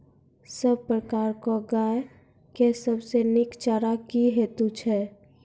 सब प्रकारक गाय के सबसे नीक चारा की हेतु छै?